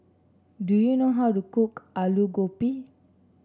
do you know how to cook Aloo Gobi